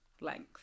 length